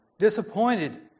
disappointed